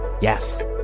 Yes